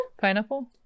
Pineapple